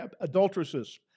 adulteresses